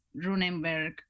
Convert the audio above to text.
Runenberg